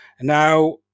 Now